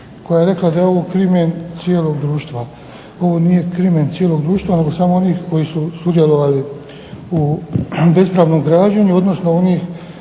koja je rekla da je ovo krimen cijelog društva. Ovo nije krimen cijelog društva nego samo onih koji su sudjelovali u bespravnom građenju, odnosno onih